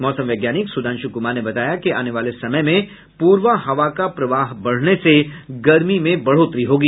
मौसम वैज्ञानिक सुधांशु कुमार ने बताया कि आने वाले समय में पूर्वा हवा के प्रवाह बढ़ने से गर्मी में बढ़ोतरी होगी